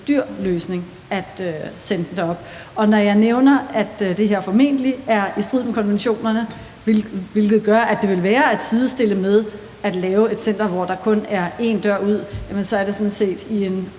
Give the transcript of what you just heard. dyr løsning at sende dem derop. Og når jeg nævner, at det her formentlig er i strid med konventionerne, hvilket gør, at det ville være at sidestille med at lave et center, hvor der kun er én dør ud, så er det sådan set efter